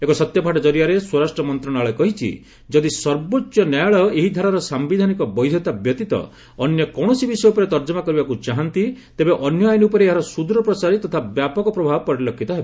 ଏକ ସତ୍ୟପାଠ କରିଆରେ ସ୍ୱରାଷ୍ଟ୍ର ମନ୍ତଶାଳୟ କହିଛି ଯଦି ସର୍ବୋଚ୍ଚ ନ୍ୟାୟାଳୟ ଏହି ଧାରାର ସାୟିଧାନିକ ବୈଧତା ବ୍ୟତୀତ ଅନ୍ୟ କୌଣସି ବିଷୟ ଉପରେ ତର୍ଜମା କରିବାକୁ ଚାହାନ୍ତି ତେବେ ଅନ୍ୟ ଆଇନ ଉପରେ ଏହାର ସୁଦୂରପ୍ରସାରୀ ତଥା ବ୍ୟାପକ ପ୍ରଭାବ ପରିଲକ୍ଷିତ ହେବ